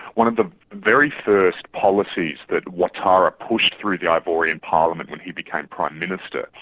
one of the very first policies that ouattara pushed through the ivorian parliament when he became prime minister,